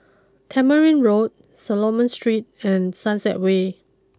Tamarind Road Solomon Street and Sunset way